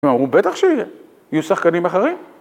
‫הוא בטח שיהיו שחקנים אחרים.